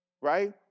Right